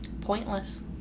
Pointless